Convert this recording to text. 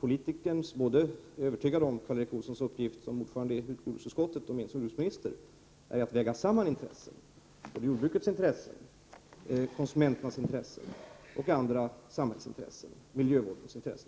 Politikerns roll — det gäller således även Karl Erik Olsson, som ju är ordförande i jordbruksutskottet, och mig själv i egenskap av jordbruksminister— är att väga samman intressen. I det här fallet handlar det om jordbrukets intressen, konsumenternas intressen och andra samhällsintressen — t.ex. miljövårdsintressen.